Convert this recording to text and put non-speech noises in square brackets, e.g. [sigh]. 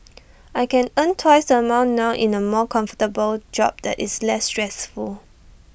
[noise] I can earn twice the amount now in A more comfortable job that is less stressful